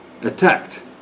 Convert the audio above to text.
attacked